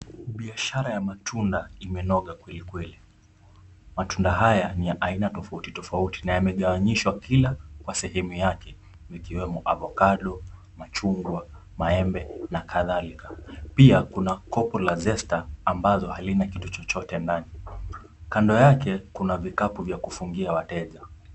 Biashara ya matunda imenoga kweli kweli, matunda haya ni ya aina tofauti tofauti na imegawanishwa kila kwa sehemu yake, ikiwemo avocado , machungwa, maembe na kadhalika, pia kuna kopo la zesta ambalo halina kitu chochote ndani, kando yake kuna vikapu vya kufungia wateja.